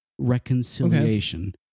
Reconciliation